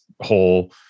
whole